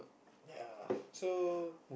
ya so